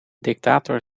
dictator